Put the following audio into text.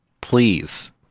Please